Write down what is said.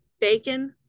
Bacon